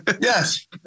Yes